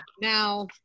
Now